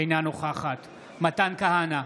אינה נוכחת מתן כהנא,